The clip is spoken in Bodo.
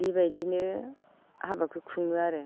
बेबायदिनो हाबाखौ खुङो आरो